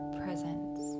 presence